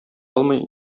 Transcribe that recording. алмый